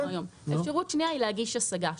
אפשרות שנייה היא להגיש השגה.